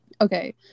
okay